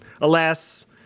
alas